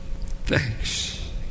Thanks